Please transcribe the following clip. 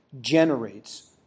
generates